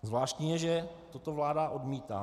Zvláštní je, že toto vláda odmítá.